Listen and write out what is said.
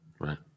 right